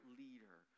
leader